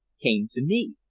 came to me.